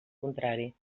contrari